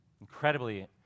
Incredibly